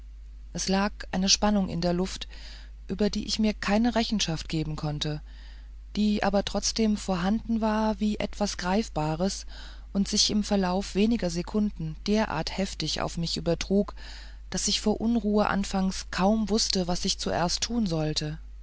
es lag eine spannung in der luft über die ich mir keine rechenschaft geben konnte die aber trotzdem vorhanden war wie etwas greifbares und sich im verlauf weniger sekunden derart heftig auf mich übertrug daß ich vor unruhe anfangs kaum wußte was ich zuerst tun sollte